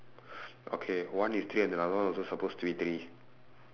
okay one is three and another one also supposed to be three